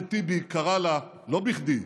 ואחמד טיבי קרא לה, לא בכדי,